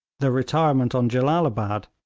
the retirement on jellalabad,